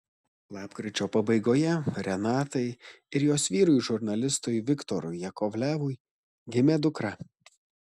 lapkričio pabaigoje renatai ir jos vyrui žurnalistui viktorui jakovlevui gimė dukra